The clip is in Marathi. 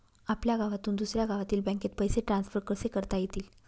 आपल्या गावातून दुसऱ्या गावातील बँकेत पैसे ट्रान्सफर कसे करता येतील?